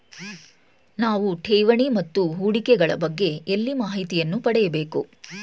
ನಾವು ಠೇವಣಿ ಮತ್ತು ಹೂಡಿಕೆ ಗಳ ಬಗ್ಗೆ ಎಲ್ಲಿ ಮಾಹಿತಿಯನ್ನು ಪಡೆಯಬೇಕು?